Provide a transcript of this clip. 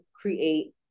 create